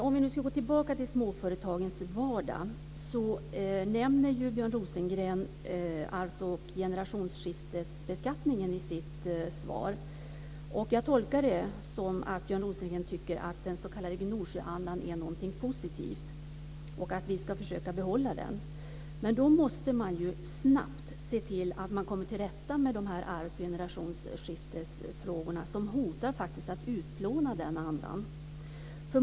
Om vi nu ska gå tillbaka till småföretagens vardag nämner Björn Rosengren generationsskiftesbeskattningen i sitt svar. Jag tolkar det som att Björn Rosengren tycker att den s.k. Gnosjöandan är någonting positivt och att vi ska försöka att behålla den. Men då måste man snabbt se till att man kommer till rätta med arvs och generationsskiftesfrågorna, vilka faktiskt hotar att utplåna den andan.